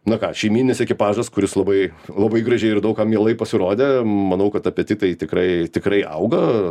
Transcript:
na ką šeimyninis ekipažas kuris labai labai gražiai ir daug kam mielai pasirodė manau kad apetitai tikrai tikrai auga